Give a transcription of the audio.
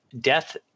death